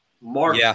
Mark